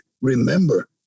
remember